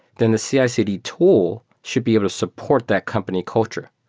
then the cicd tool should be able to support that company culture.